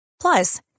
Plus